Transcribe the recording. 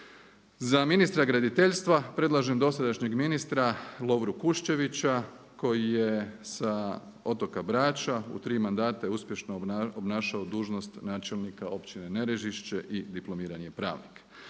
Za ministra graditeljstva predlažem dosadašnjeg ministra Lovru Kuščevića koji je sa otoka Brača. U tri mandata je uspješno obnašao dužnost načelnika općine Nerežišće i diplomirani je pravnik.